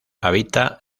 habita